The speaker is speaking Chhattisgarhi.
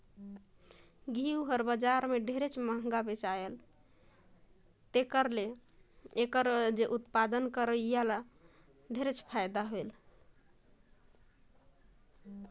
घींव हर बजार में ढेरे मंहगा बेचाथे जेखर ले एखर उत्पादन करोइया ल ढेरे फायदा हे